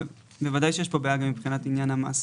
בוודאי שיש כאן בעיה מבחינת עניין המס.